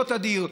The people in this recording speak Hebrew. לא תדיר.